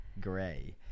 gray